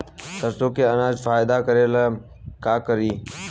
सरसो के अनाज फायदा करेला का करी?